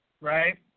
Right